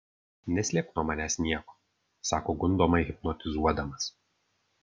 neslėpk nuo manęs nieko sako gundomai hipnotizuodamas